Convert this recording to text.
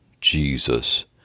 Jesus